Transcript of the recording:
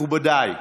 מכובדיי,